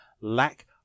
lack